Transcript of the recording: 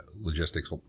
logistics